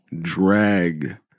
drag